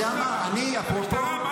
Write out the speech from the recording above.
במקרה הזה היא לא חוקרת.